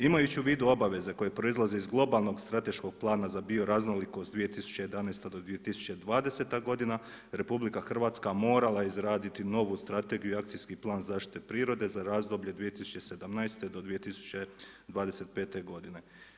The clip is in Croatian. Imajući u vidu obaveze koje proizlaze iz globalnog strateškog plana za bioraznolikost 2011. do 2020. godina RH morala je izraditi novu Strategiju i Akcijski plan zaštite prirode za razdoblje 2017. do 2025. godine.